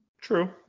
True